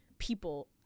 people